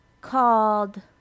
called